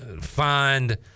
find